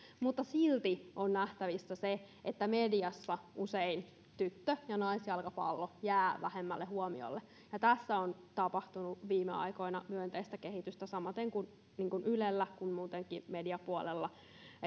mutta silti on nähtävissä se että mediassa usein tyttö ja naisjalkapallo jää vähemmälle huomiolle ja tässä on tapahtunut viime aikoina myönteistä kehitystä niin ylellä kuin muutenkin mediapuolella